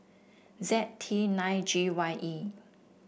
Z T nine G Y E